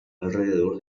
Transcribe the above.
alrededor